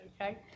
okay